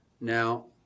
Now